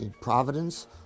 Providence